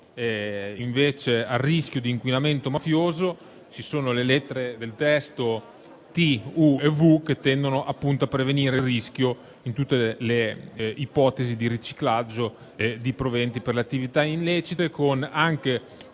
invece, al rischio di inquinamento mafioso, ci sono le lettere *t)*, *q)* e *v)* del testo, che tendono appunto a prevenire il rischio in tutte le ipotesi di riciclaggio di proventi per le attività illecite, con una